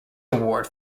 award